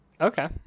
Okay